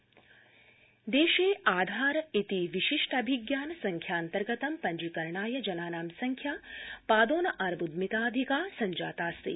आधार देशे आधार इति विशिष्टाभिज्ञान संख्यान्तर्गतं पञ्जीकरणाय जनानां संख्या पादोनार्ब्यिताधिका सञ्जातास्ति